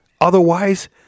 Otherwise